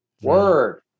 Word